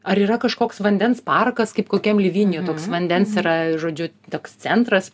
ar yra kažkoks vandens parkas kaip kokiam livinjoj vandens yra žodžiu toks centras